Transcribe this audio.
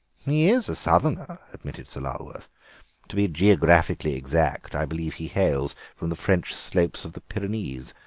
he is a southerner, admitted sir lulworth to be geographically exact i believe he hails from the french slopes of the pyrenees.